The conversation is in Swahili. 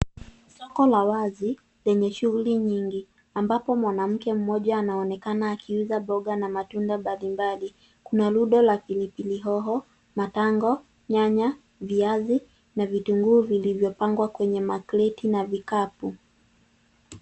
Soko la wazi lenye shughuli nyingi ambapo mwanamke mmoja anaonekana akiuza mboga na matunda mbalimbali. Kuna rundo la pilipili hoho, matango, nyanya, viazi na vitunguu vilivyopangwa kwenye makreti na vikapu.